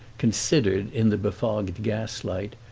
considered, in the befogged gaslight,